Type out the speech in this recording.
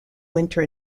winter